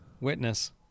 witness